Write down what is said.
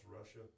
Russia